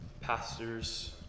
Pastors